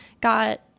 got